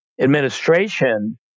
administration